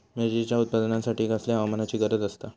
मिरचीच्या उत्पादनासाठी कसल्या हवामानाची गरज आसता?